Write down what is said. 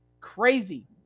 Crazy